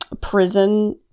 prison